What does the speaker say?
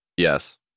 Yes